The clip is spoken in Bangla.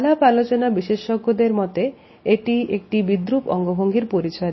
আলাপ আলোচনা বিশেষজ্ঞদের মতে এটি একটি বিদ্রূপ অঙ্গভঙ্গির পরিচয়